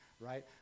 right